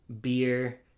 beer